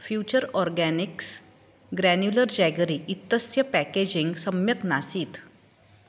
future Organics granular jaggery इत्यस्य packaging सम्यक् नासीत्